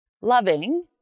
Loving